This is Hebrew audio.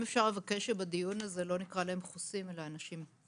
לבקש שבדיון הזה לא נקרא להם חוסים אלא אנשים.